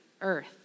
earth